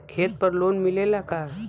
खेत पर लोन मिलेला का?